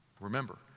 Remember